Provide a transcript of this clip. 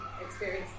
experience